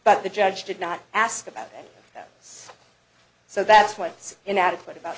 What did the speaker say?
but the judge did not ask about it so that's what's inadequate about